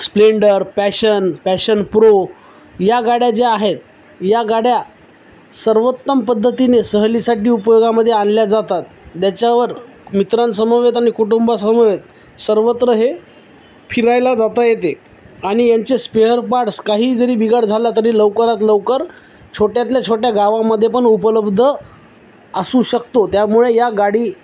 Splendor Passion Passion Pro या गाड्या ज्या आहेत या गाड्या सर्वोत्तम पद्धतीने सहलीसाठी उपयोगामध्ये आणल्या जातात ज्याच्यावर मित्रांसमवेत आणि कुटुंबासमवेत सर्वत्र हे फिरायला जाता येते आणि यांचे स्पेअर पार्ट्स काही जरी बिघाड झाला तरी लवकरात लवकर छोट्यातल्या छोट्या गावामध्येपण उपलब्ध असू शकतो त्यामुळे या गाडी